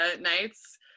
nights